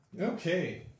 Okay